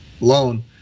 loan